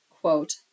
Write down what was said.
quote